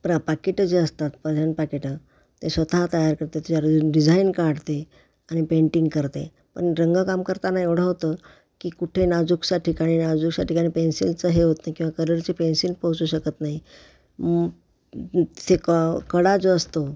प्रा पाकिटं जे असतात प्रजेन पाकिटं ते स्वतः तयार करते त्याच्यावरून डिझाईन काढते आणि पेंटिंग करते पण रंगकाम करताना एवढं होतं की कुठे नाजूकशा ठिकाणी नाजूकशा ठिकाणी पेन्सिलचं हे होत नाही किंवा कलरचे पेन्सिल पोहोचू शकत नाही ते क कडा जो असतो